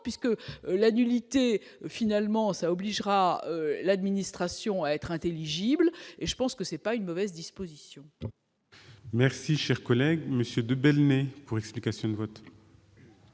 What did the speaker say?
puisque la nullité, finalement ça obligera l'administration à être intelligible et je pense que c'est pas une mauvaise disposition. Merci, cher collègue Monsieur de Bellmer pour explication de vote.